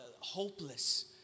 hopeless